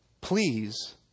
please